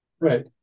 Right